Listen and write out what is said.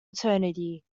eternity